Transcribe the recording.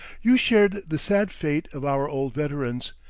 you shared the sad fate of our old veterans,